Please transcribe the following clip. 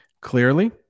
clearly